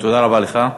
תודה רבה לך.